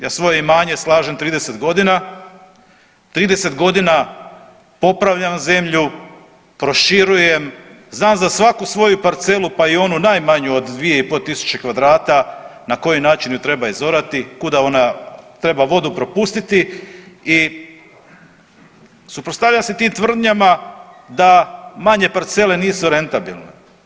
Ja svoje imanje slažem 30 godina, 30 godina popravljam zemlju, proširujem, znam za svaku svoju parcelu pa i onu najmanju od 2.500 kvadrata na koji način je treba izorati, kuda ona treba vodu propustiti i suprotstavljam se tim tvrdnjama da manje parcele nisu rentabilne.